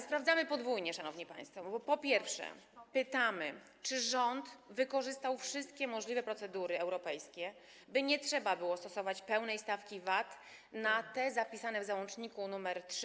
Sprawdzamy podwójnie, szanowni państwo, bo po pierwsze pytamy, czy rząd wykorzystał wszystkie możliwe procedury europejskie, by nie trzeba było stosować pełnej stawki VAT na artykuły zapisane w załączniku nr 3.